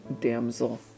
Damsel